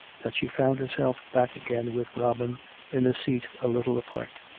that she found herself back again with robin in a seat a little apart.